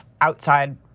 outside